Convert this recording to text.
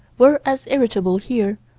we're as irritable here,